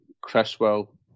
Cresswell